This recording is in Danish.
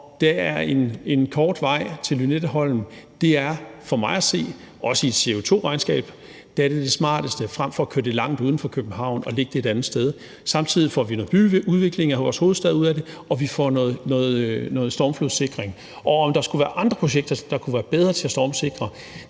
den korte vej for mig at se, også i forhold til et CO2-regnskab, det smarteste frem for at køre jorden langt uden for København og lægge den et andet sted. Samtidig får vi noget byudvikling i vores hovedstad ud af det, og vi får noget stormflodssikring. Om der skulle være andre projekter, der kunne være bedre til at stormflodssikre,